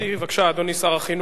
בבקשה, אדוני שר החינוך